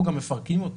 אנחנו גם מפרקים אותו.